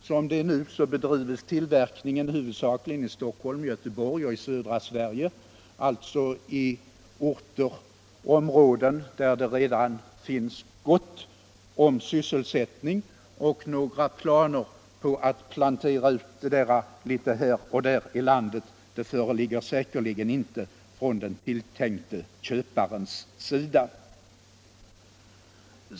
Som det nu är bedrivs tillverkningen huvudsakligen i Stockholm, Göteborg och södra Sverige, alltså i områden där det redan finns gott om sysselsättning, och några planer på att plantera ut detta litet här och där i landet föreligger säkerligen inte från den tilltänkta köparens sida.